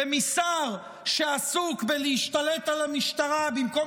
ומשר שעסוק בלהשתלט על המשטרה במקום